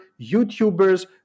YouTubers